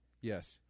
Yes